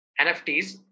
NFTs